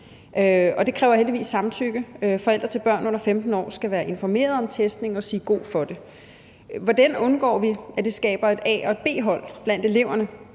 Det kræver heldigvis samtykke. Forældre til børn under 15 år skal være informeret om testningen og sige god for den. Hvordan undgår vi, at det skaber et A- og et B-hold blandt eleverne,